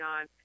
on